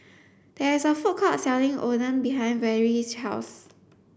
there is a food court selling Oden behind Vennie's house